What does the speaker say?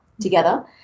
together